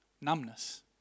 numbness